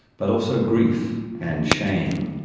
but also grief and shame.